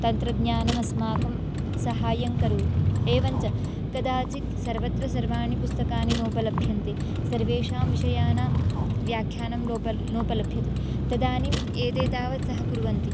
तन्त्रज्ञानम् अस्माकं सहाय्यं करोति एवञ्च कदाचित् सर्वत्र सर्वाणि पुस्तकानि नोपलभ्यन्ते सर्वेषां विषयाणां व्याख्यानं लोपः नोपलभ्यते तदानीम् एतावत् सह कुर्वन्ति